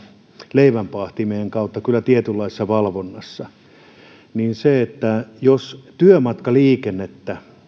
leivänpaahtimiemme kautta kyllä tietynlaisessa valvonnassa jos työmatkaliikenteeseen